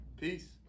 Peace